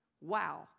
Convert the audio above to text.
wow